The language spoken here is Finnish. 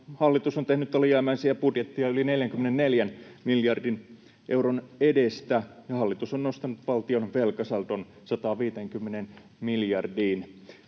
hallitus on tehnyt alijäämäisiä budjetteja yli 44 miljardin euron edestä ja hallitus on nostanut valtion velkasaldon 150 miljardiin.